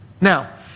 Now